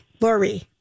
Lori